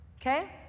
okay